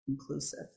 inclusive